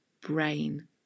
brain